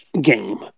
game